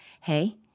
hey